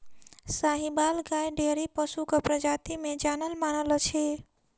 साहिबाल गाय डेयरी पशुक प्रजाति मे जानल मानल अछि